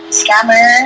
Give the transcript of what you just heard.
scammer